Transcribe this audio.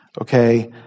Okay